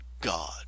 God